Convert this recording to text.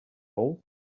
all